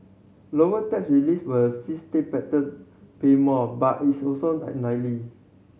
lower tax reliefs will pay more but is also unlikely